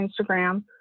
Instagram